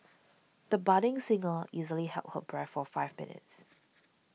the budding singer easily held her breath for five minutes